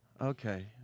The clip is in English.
Okay